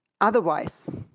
otherwise